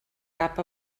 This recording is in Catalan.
cap